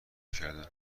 کردن